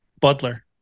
butler